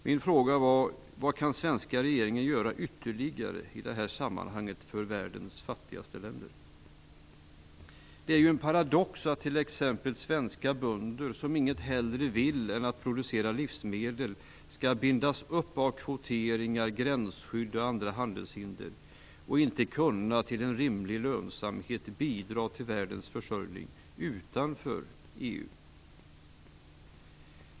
Min fråga var alltså: Vad kan den svenska regeringen göra ytterligare i detta sammanhang för världens fattigaste länder? Det är en paradox att t.ex. svenska bönder, som inget hellre vill än producera livsmedel, skall bindas upp av kvoteringar, gränsskydd och andra handelshinder och inte, med rimlig lönsamhet, kunna bidra till världens försörjning utanför EU.